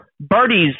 Birdie's